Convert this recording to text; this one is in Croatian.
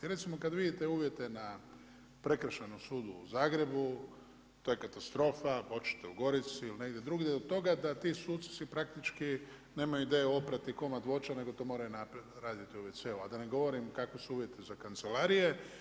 Kada vidite uvjete na Prekršajnom sudu u Zagrebu, to je katastrofa, hoćete u Gorici ili negdje drugdje, do toga da ti suci se praktički nemaju di oprati komad voća nego to moraju raditi u WC-u, a da ne govorim kakvi su uvjeti za kancelarije.